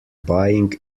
buying